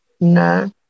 No